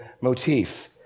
motif